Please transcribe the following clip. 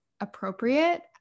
appropriate